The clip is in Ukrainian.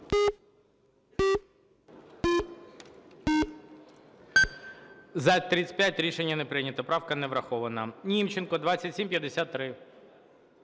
За-95 Рішення не прийнято. Правка не врахована. Німченко.